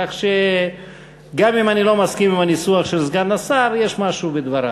כך שגם אם אני לא מסכים עם הניסוח של סגן השר יש משהו בדבריו.